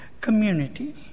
community